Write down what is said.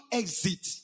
exit